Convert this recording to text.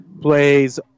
plays